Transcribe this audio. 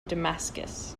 damascus